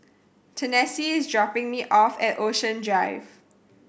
Tennessee is dropping me off at Ocean Drive